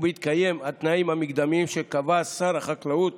ובהתקיים התנאים המקדמיים שקבע שר החקלאות